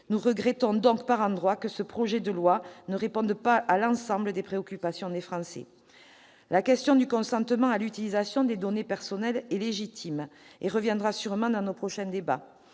Nous regrettons donc que ce projet de loi ne réponde pas à l'ensemble des préoccupations des Français. La question du consentement à l'utilisation des données personnelles est légitime, et reviendra sûrement au cours de nos prochains débats.